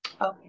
Okay